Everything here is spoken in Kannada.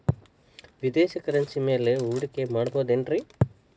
ವಿದೇಶಿ ಕರೆನ್ಸಿ ಮ್ಯಾಲೆ ಹೂಡಿಕೆ ಮಾಡಬಹುದೇನ್ರಿ?